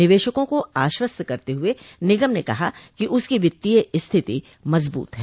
निवेशकों को आश्वस्त करते हए निगम ने कहा कि उसकी वित्तीय स्थिति मजबूत है